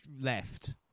left